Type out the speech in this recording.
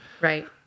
Right